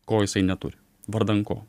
ko jisai neturi vardan ko